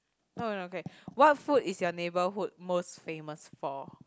oh okay what food is your neighbourhood most famous for